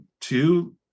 two